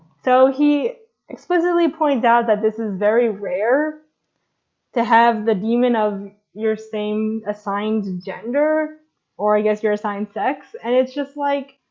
so he explicitly pointed out that this is very rare to have the daemon of your same assigned gender or i guess you're assigned sex, and it's just like